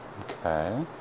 Okay